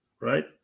Right